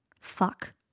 Fuck